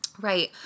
Right